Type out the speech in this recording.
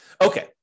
Okay